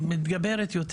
העלייה מתגברת.